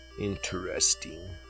Interesting